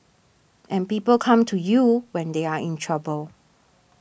and people come to you when they are in trouble